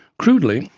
crudely,